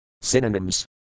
Synonyms